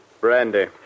Brandy